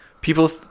people